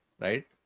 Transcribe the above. right